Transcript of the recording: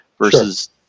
versus